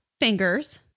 fingers